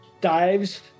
dives